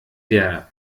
der